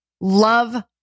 love